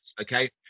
Okay